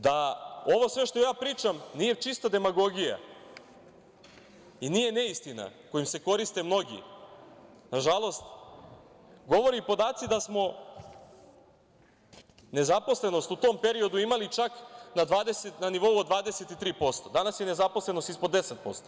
Da ovo sve što ja pričam nije čista demagogija i nije neistina kojom se koriste mnogi, nažalost, govore podaci da smo nezaposlenost u tom periodu imali čak na nivou od 23%, a danas je nezaposlenost ispod 10%